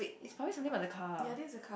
is always something about the car